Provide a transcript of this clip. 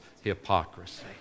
hypocrisy